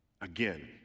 Again